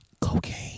Cocaine